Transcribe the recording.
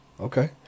Okay